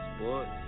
sports